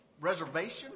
reservation